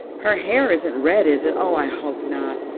her hair isn't red, is it? oh, i hope not.